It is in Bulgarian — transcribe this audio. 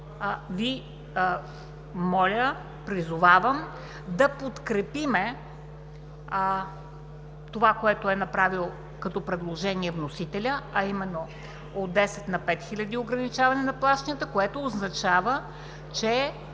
Ви моля, призовавам да подкрепим това, което е направил като предложение вносителят, а именно – от 10 на 5 хиляди, ограничаване на плащанията, което означава, че